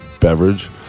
beverage